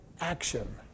action